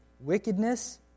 wickedness